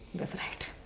that's right.